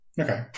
Okay